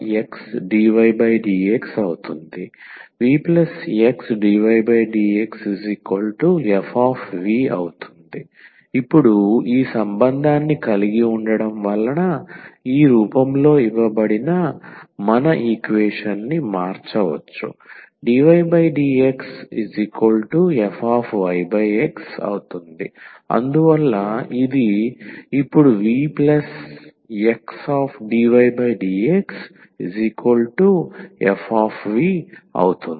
ఆపై dydxvxdvdx vxdvdxfv ఇప్పుడు ఈ సంబంధాన్ని కలిగి ఉండటం వలన ఈ రూపంలో ఇవ్వబడిన మన ఈక్వేషన్ని మార్చవచ్చు dydxfyx అందువల్ల ఇది ఇప్పుడు vxdvdxfv అవుతుంది